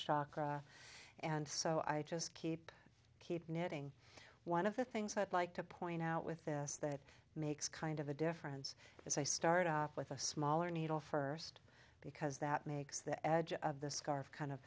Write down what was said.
throat and so i just keep keep knitting one of the things i'd like to point out with this that makes kind of a difference as i start off with a smaller needle first because that makes the edge of the scarf kind of